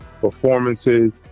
performances